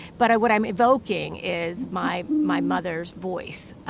but i what i'm evoking is my my mother's voice,